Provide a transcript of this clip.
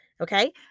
Okay